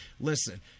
Listen